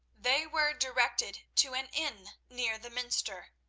they were directed to an inn near the minster.